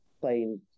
playing